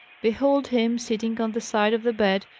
behold him sitting on the side of the bed,